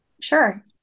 Sure